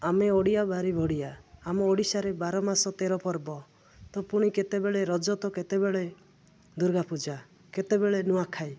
ଆମେ ଓଡ଼ିଆ ଭାରି ବଢ଼ିଆ ଆମ ଓଡ଼ିଶାରେ ବାର ମାସ ତେର ପର୍ବ ତ ପୁଣି କେତେବେଳେ ରଜ ତ କେତେବେଳେ ଦୂର୍ଗା ପୂଜା କେତେବେଳେ ନୂଆଖାଇ